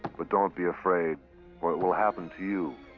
but don't be afraid for it will happen to you.